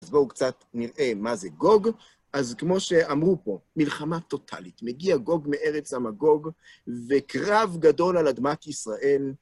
אז בואו קצת נראה מה זה גוג. אז כמו שאמרו פה, מלחמה טוטאלית, מגיע גוג מארץ המגוג, וקרב גדול על אדמת ישראל.